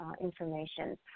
information